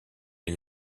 est